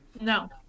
No